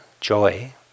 joy